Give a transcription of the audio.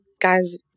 guys